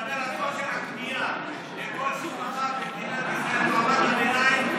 כשאתה מדבר על כושר הקנייה של כל משפחה במדינת ישראל במעמד הביניים,